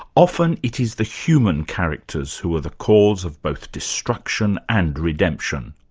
often it is the human characters who are the cause of both destruction and redemption.